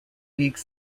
league